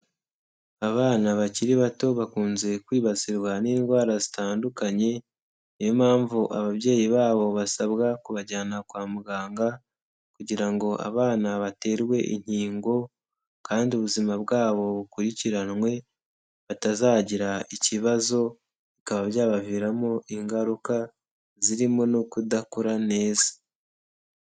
Abana bakiri bato bakunze kwibasirwa n'indwara zitandukanye, niyo mpamvu ababyeyi babo basabwa kubajyana kwa muganga kugira ngo abana baterwe inkingo kandi ubuzima bwabo bukurikiranwe, batazagira ikibazo bikaba byabaviramo ingaruka zirimo no kudakura neza.